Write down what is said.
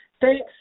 thanks